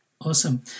Awesome